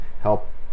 help